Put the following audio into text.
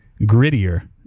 grittier